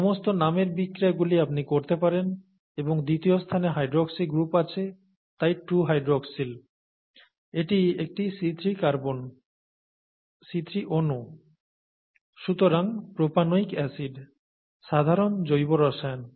সমস্ত নামের বিক্রিয়াগুলি আপনি করতে পারেন এবং দ্বিতীয় স্থানে হাইড্রক্সি গ্রুপ আছে তাই 2 হাইড্রোক্সাইল এটি একটি C3 অনু সুতরাং প্রোপানয়িক অ্যাসিড সাধারণ জৈব রসায়ন